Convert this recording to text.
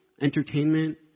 entertainment